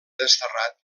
desterrat